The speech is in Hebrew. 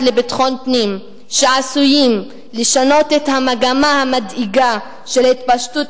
לביטחון פנים שעשויים לשנות את המגמה המדאיגה של התפשטות